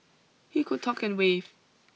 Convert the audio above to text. he could talk and wave